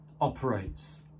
operates